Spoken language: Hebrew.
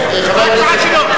זו ההצעה שלו.